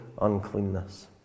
uncleanness